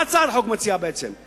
מה הצעת החוק מציעה, בעצם?